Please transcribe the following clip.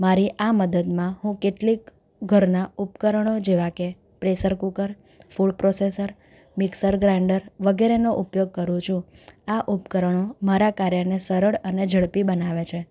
મારી આ મદદમાં હું કેટલીક ઘરના ઉપકરણો જેવા કે pressure cooker food processor mixer grinder વગેરેનો ઉપયોગ કરું છું આ ઉપકરણો મારા કાર્યને સરળ અને ઝડપી બનાવે છે